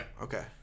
Okay